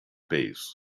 bass